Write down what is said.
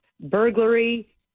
burglary